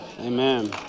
Amen